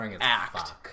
act